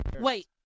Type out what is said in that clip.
Wait